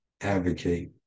advocate